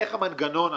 --- איך המנגנון?